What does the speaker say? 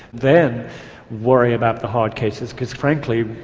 then worry about the hard cases because, frankly,